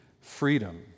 freedom